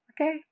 okay